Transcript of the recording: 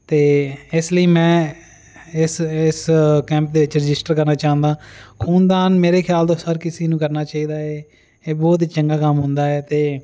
ਅਤੇ ਇਸ ਲਈ ਮੈਂ ਇਸ ਇਸ ਕੈਂਪ ਦੇ ਵਿੱਚ ਰਜਿਸਟਰ ਕਰਨਾ ਚਾਹੁੰਦਾ ਖੂਨ ਦਾਨ ਮੇਰੇ ਖਿਆਲ ਤੋਂ ਹਰ ਕਿਸੀ ਨੂੰ ਕਰਨਾ ਚਾਹੀਦਾ ਏ ਇਹ ਬਹੁਤ ਚੰਗਾ ਕੰਮ ਹੁੰਦਾ ਹੈ ਅਤੇ